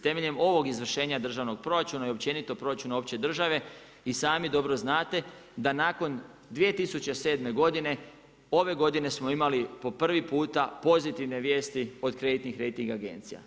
Temeljem ovog izvršenja državnog proračuna i općenito proračuna opće države, i sami dobro znate da nakon 2007. godine, ove godine smo imali po prvi puta pozitivne vijesti od kreditnih rejtinga agencija.